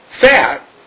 fat